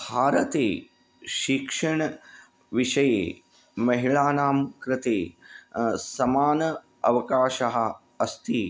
भारते शिक्षणविषये महिलानां कृते समानः अवकाशः अस्ति